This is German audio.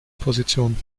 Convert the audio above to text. position